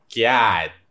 God